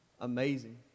amazing